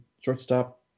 shortstop